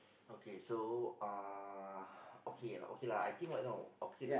okay so uh okay okay lah I think why know okay